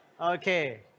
Okay